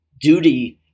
duty